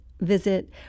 visit